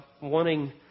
wanting